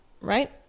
right